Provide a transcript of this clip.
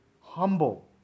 humble